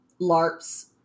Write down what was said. LARP's